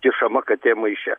kišama katė maiše